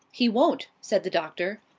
he won't! said the doctor.